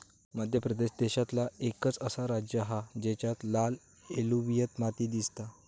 मध्य प्रदेश देशांतला एकंच असा राज्य हा जेच्यात लाल एलुवियल माती दिसता